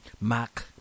Mac